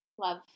love